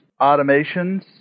automations